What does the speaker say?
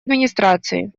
администрации